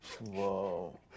Whoa